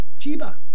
Chiba